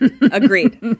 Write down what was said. Agreed